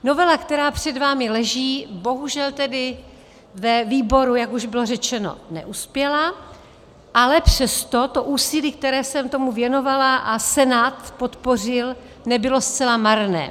Novela, která před vámi leží, bohužel tedy ve výboru, jak už bylo řečeno, neuspěla, ale přesto to úsilí, které jsem tomu věnovala a Senát podpořil, nebylo zcela marné.